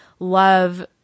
love